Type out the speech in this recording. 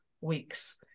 weeks